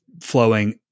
flowing